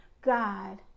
God